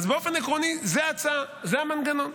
באופן עקרוני זאת ההצעה, זה המנגנון.